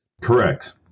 Correct